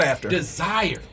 desire